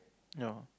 no